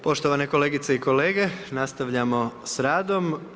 Poštovane kolegice i kolege, nastavljamo s radom.